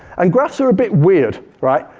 and graphs are a bit weird, right?